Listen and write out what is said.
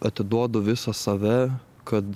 atiduodu visą save kad